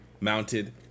mounted